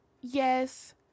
Yes